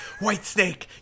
Whitesnake